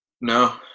No